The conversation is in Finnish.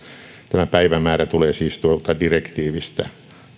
tämä päivämäärä tulee siis tuolta direktiivistä